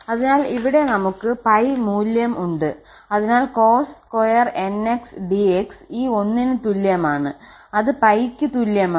അതിനാൽ ഇവിടെ നമുക് 𝜋 മൂല്യം ഉണ്ട് അതിനാൽ cos2 𝑛𝑥 𝑑𝑥 ഈ ഒന്നിന് തുല്യമാണ് അത് 𝜋 ക്ക് തുല്യമാണ്